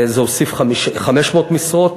זה הוסיף 500 משרות.